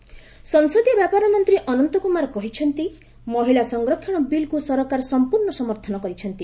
ଅନନ୍ତ କୁମାର ସଂସଦୀୟ ବ୍ୟାପାର ମନ୍ତ୍ରୀ ଅନନ୍ତକୁମାର କହିଛନ୍ତି ମହିଳା ସଂରକ୍ଷଣ ବିଲ୍କୁ ସରକାର ସମ୍ପୂର୍ଣ୍ଣ ସମର୍ଥନ କରିଛନ୍ତି